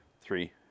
Three